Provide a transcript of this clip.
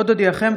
עוד אודיעכם,